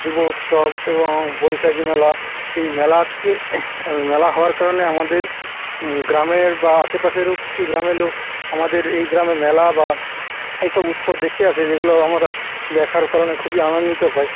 যুব উৎসব এবং বৈশাখী মেলা এই মেলাতে মেলা হওয়ার কারণে আমাদের গ্রামের বা আশেপাশেরও কিছু গ্রামের লোক আমাদের এই গ্রামে মেলা বা এই সব উৎসব দেখতে আসে যেগুলো আমরা দেখারও কারণে খুবই আনন্দ পাই